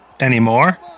Anymore